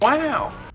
Wow